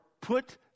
put